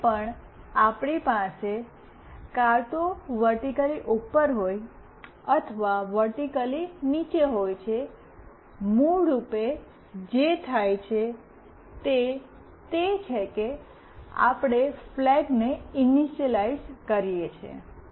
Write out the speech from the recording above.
જ્યારે પણ આપણી પાસે કાં તો તે વર્ટિક્લી ઉપર હોય છે અથવા તે વર્ટિક્લી નીચે હોય છે મૂળરૂપે જે થાય છે તે તે છે કે આપણે ફ્લેગ ને ઇનિશલાઇજ઼ કરીએ છીએ